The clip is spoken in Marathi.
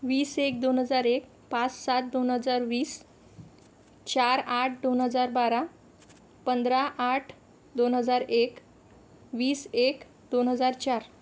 वीस एक दोन हजार एक पाच सात दोन हजार वीस चार आठ दोन हजार बारा पंधरा आठ दोन हजार एक वीस एक दोन हजार चार